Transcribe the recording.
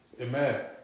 Amen